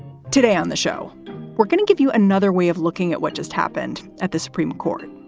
today on the show we're going to give you another way of looking at what just happened at the supreme court.